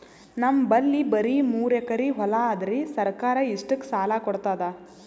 ನಮ್ ಬಲ್ಲಿ ಬರಿ ಮೂರೆಕರಿ ಹೊಲಾ ಅದರಿ, ಸರ್ಕಾರ ಇಷ್ಟಕ್ಕ ಸಾಲಾ ಕೊಡತದಾ?